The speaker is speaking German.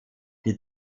die